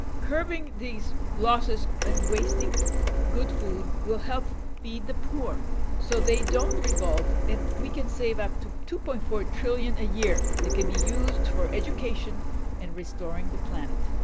curbing these losses and wasting good food will help feed the poor so they don't revolt and we can save up to two point four trillion a year. they can be used for education and restoring the planet.